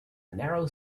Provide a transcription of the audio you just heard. narrow